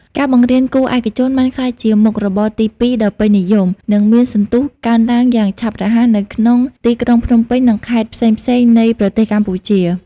ការបង្រៀនគួរឯកជនបានក្លាយជាមុខរបរទីពីរដ៏ពេញនិយម និងមានសន្ទុះកើនឡើងយ៉ាងឆាប់រហ័សនៅក្នុងទីក្រុងភ្នំពេញនិងខេត្តផ្សេងៗនៃប្រទេសកម្ពុជា។